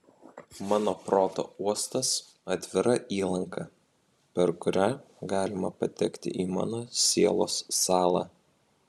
mano proto uostas atvira įlanka per kurią galima patekti į mano sielos sąlą